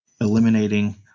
eliminating